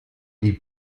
die